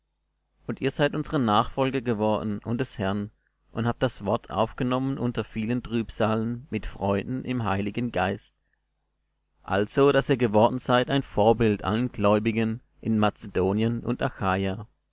und ihr seid unsre nachfolger geworden und des herrn und habt das wort aufgenommen unter vielen trübsalen mit freuden im heiligen geist also daß ihr geworden seid ein vorbild allen gläubigen in mazedonien und achaja